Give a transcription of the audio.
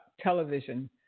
television